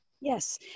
Yes